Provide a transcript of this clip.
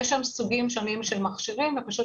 יש שם סוגים שונים של מכשירים ופשוט